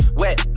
wet